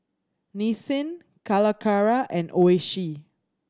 Nissin Calacara and Oishi